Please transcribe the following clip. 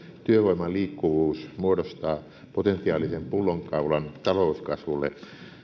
työvoimaliikkuvuus muodostaa potentiaalisen pullonkaulan talouskasvulle